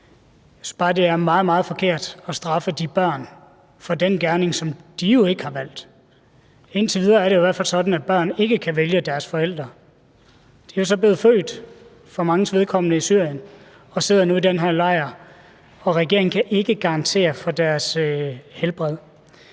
meget, meget forkert at straffe de børn for den gerning, som de jo ikke har valgt. Indtil videre er det jo i hvert fald sådan, at børn ikke kan vælge deres forældre. De er så for manges vedkommende blevet født i Syrien og sidder nu i den her lejr, og regeringen kan ikke garantere for deres helbred.